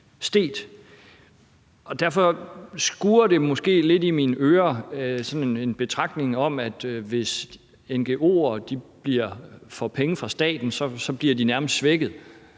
Derfor skurrer det måske lidt i mine ører med sådan en betragtning om, at hvis ngo'er får penge fra staten, bliver de nærmest svækket.